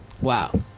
Wow